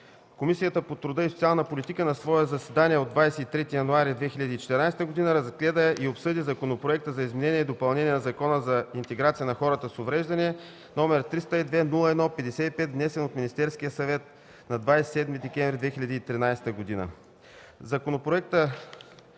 Комисията по труда и социалната политика на свое заседание, проведено на 23 януари 2014 г., разгледа и обсъди Законопроект за изменение и допълнение на Закона за интеграция на хората с увреждания, № 302-01-55, внесен от Министерския съвет на 27 декември 2013 г.